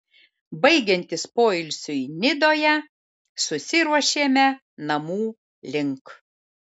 baigiantis poilsiui nidoje susiruošėme namų link